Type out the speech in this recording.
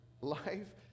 life